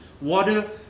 water